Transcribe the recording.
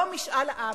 לא משאל עם.